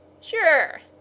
Sure